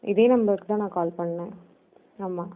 இதே நம்பருக்குதான் நான் கால் பண்ணினேன் ஆமாம்